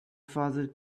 father